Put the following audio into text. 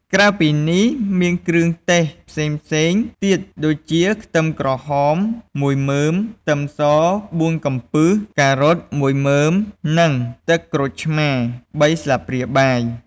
ក្រៅពីនេះ មានគ្រឿងទេសផ្សេងៗទៀតដូចជា ខ្ទឹមក្រហម មួយមើម ខ្ទឹមស បួនកំពឹស ការ៉ុតមួយមើម និងទឹកក្រូចឆ្មា បីស្លាបព្រាបាយ។